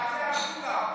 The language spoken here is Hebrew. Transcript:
כן, תענה על כולן.